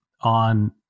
on